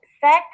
sex